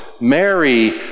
Mary